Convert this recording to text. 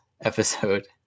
episode